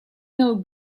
know